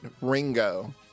Ringo